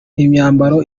imyambaro